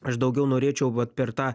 aš daugiau norėčiau vat per tą